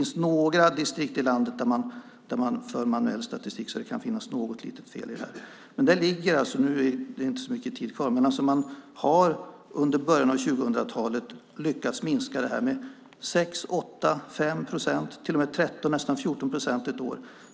Några distrikt i landet för manuell statistik, så det kan finnas något litet fel i detta. Under början av 2000-talet lyckades man minska antalet berörda barn med 5-15 procent.